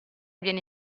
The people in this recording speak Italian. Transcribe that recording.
viene